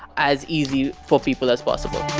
as easy for people as possible.